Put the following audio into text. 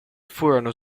furono